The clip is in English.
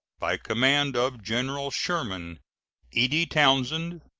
by command of general sherman e d. townsend,